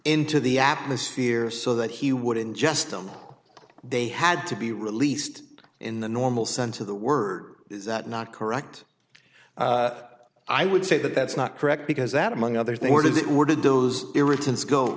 into the atmosphere so that he would ingest them they had to be released in the normal sense of the word is that not correct i would say that that's not correct because that among other things as it were did those irritants go